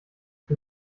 die